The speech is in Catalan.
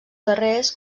darrers